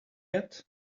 yet